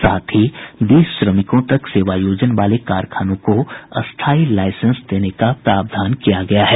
साथ ही बीस श्रमिकों तक सेवायोजन वाले कारखानों को स्थाई लाइसेंस देने का प्रावधान किया गया है